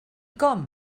com